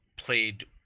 played